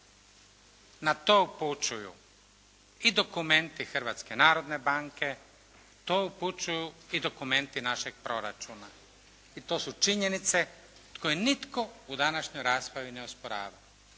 Na to upućuju i dokumenti Hrvatske narodne banke, na to upućuju i dokumenti našeg proračuna. I to su činjenice koje nitko u današnjoj raspravi ne osporava.